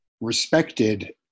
respected